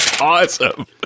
Awesome